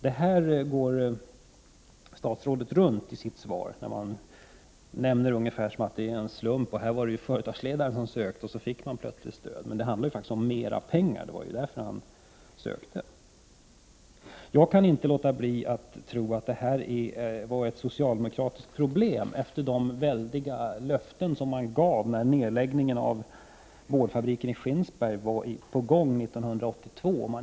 Genom att i sitt svar låta påskina att det var fråga om en slump, att företagsledaren ansökte om utökat stöd och plötsligt fick det, går statsrådet runt problemet. Det handlar faktiskt om att han fick mera pengar. Det var ju därför som företagsledaren ansökte om stöd för etablering i en annan kommun. : Jag kan inte tro annat än att frågan var ett problem för socialdemokraterna efter de stora löften som man gav när nedläggningen av boardfabriken i Skinnskatteberg var aktuell 1982.